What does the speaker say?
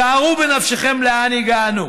שערו בנפשכם לאן הגענו.